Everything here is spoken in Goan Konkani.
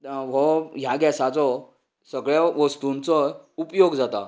हो ह्या गॅसाचो सगळ्या वस्तूंचो उपयोग जाता